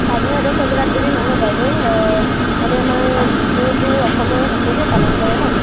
স্থানীয় এডোখৰ জেগাত বুলি নহয় বাইদেউ মানে আমাৰ বিহুটো অসমৰ সকলোৱে পালন কৰে নহ্